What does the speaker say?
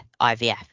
IVF